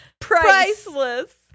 Priceless